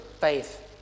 faith